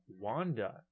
wanda